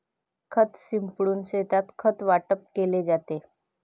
खत शिंपडून शेतात खत वाटप केले जाते